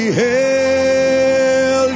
hail